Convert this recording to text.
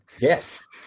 yes